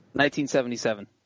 1977